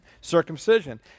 Circumcision